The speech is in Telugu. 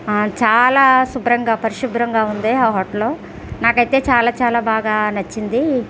చాలా శుభ్రంగా పరిశుభ్రంగా ఉంది ఆ హోటల్ నాకైతే చాలా చాలా బాగా నచ్చింది